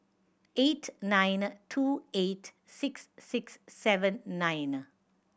eight nine two eight six six seven nine